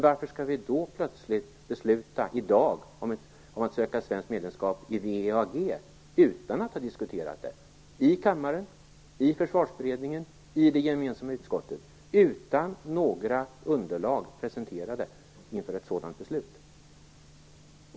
Varför skall vi då i dag plötsligt besluta om att söka svenskt medlemskap i WEAG, utan att ha diskuterat det i kammaren, i Försvarsberedningen eller i det gemensamma utskottet, utan att något underlag har presenterats inför ett sådant beslut?